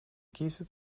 kiezen